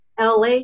LA